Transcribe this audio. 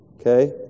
Okay